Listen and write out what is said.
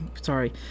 sorry